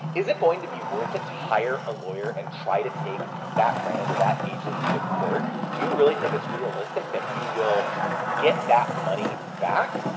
is it going to be worth it to hire a lawyer and try to take that brand or that agency to court? do you really think it's realistic that you will get that money back?